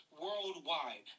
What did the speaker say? worldwide